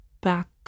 back